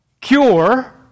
cure